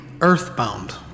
earthbound